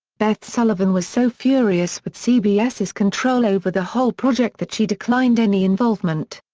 beth sullivan was so furious with cbs's control over the whole project that she declined any involvement.